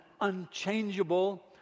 unchangeable